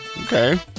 Okay